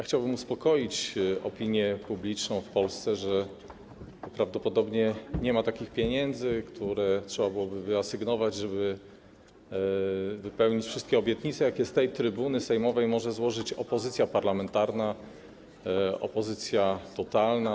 Chciałbym uspokoić opinię publiczną w Polsce: prawdopodobnie nie ma takich pieniędzy, które trzeba byłoby wyasygnować, żeby wypełnić wszystkie obietnice, jakie z trybuny sejmowej może złożyć opozycja parlamentarna, opozycja totalna.